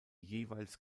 jeweils